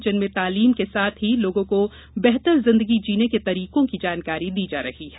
जिनमें तालीम के साथ ही लोगों को बेहतर जिन्दगी जीने के तरीकों की जानकारी दी जा रही है